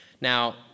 Now